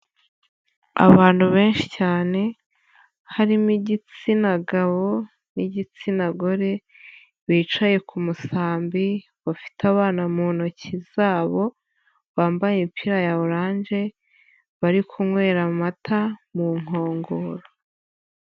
Abantu benshi cyane, harimo igitsina gabo n'igitsina gore, bicaye ku musambi, bafite abana mu ntoki zabo, bambaye imipira ya oranje, bari kunywera amata mu nkongoro.